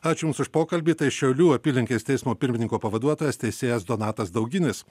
ačiū jums už pokalbį tai šiaulių apylinkės teismo pirmininko pavaduotojas teisėjas donatas dauginis